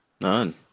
None